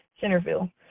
Centerville